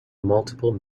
multiple